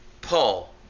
Paul